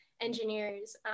engineers